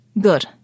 Good